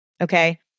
Okay